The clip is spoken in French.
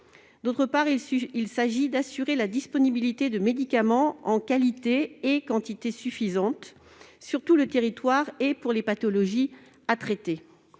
enfants. Il vise ensuite à assurer la disponibilité de médicaments en qualité et quantité suffisantes sur tout le territoire pour les pathologies à traiter.